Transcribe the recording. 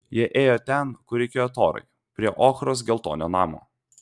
jie ėjo ten kur reikėjo torai prie ochros geltonio namo